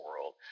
world